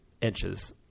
inches